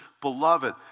beloved